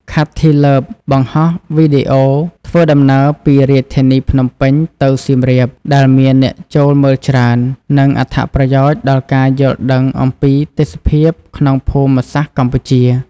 ខាតធី ទ្បើប បង្ហោះវីដេអូធ្វើដំណើរពីរាជធានីភ្នំពេញទៅសៀមរាប ដែលមានអ្នកចូលមើលច្រើន និងអត្ថប្រយោជន៍ដល់ការយល់ដឹងអំពីទេសភាពក្នុងភូមិសាស្រ្តកម្ពុជា។